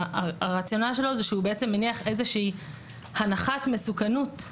הרציונל של החוק הוא שהוא בעצם מניח איזושהי הנחת מסוכנות.